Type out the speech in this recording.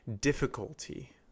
difficulty